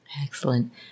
Excellent